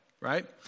right